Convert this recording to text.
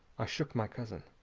i shook my cousin.